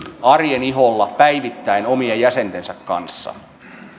arjen iholla päivittäin omien jäsentensä kanssa